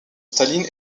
staline